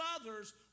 others